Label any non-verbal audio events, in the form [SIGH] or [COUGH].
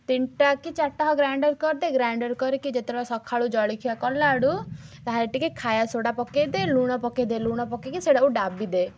ତିନିଟା କି ଚାରିଟା [UNINTELLIGIBLE] ଗ୍ରାଇଣ୍ଡର୍ କରିଦେ ଗ୍ରାଇଣ୍ଡର୍ କରିକି ଯେତେବେଳେ ସକାଳୁ ଜଳଖିଆ କଲାବେଳୁ ତା'ହଲେ ଟିକେ ଖାଇବା ସୋଡ଼ା ପକେଇଦେ ଲୁଣ ପକେଇଦେ ଲୁଣ ପକେଇକି ସେଇଟାକୁ ଡାବିଦେ